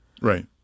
right